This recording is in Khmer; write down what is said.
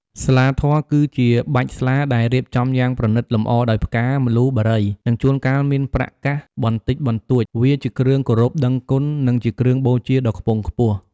ស្លាធម៌ គឺជាបាច់ស្លាដែលរៀបចំយ៉ាងប្រណិត លម្អដោយផ្កា ម្លូ បារី និងជួនកាលមានប្រាក់កាសបន្តិចបន្តួច វាជាគ្រឿងគោរពដឹងគុណ និងជាគ្រឿងបូជាដ៏ខ្ពង់ខ្ពស់។